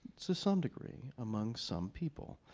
to some degree, among some people.